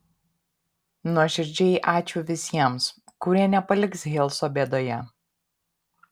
nuoširdžiai ačiū visiems kurie nepaliks hilso bėdoje